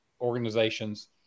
organizations